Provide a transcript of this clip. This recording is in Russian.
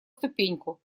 ступеньку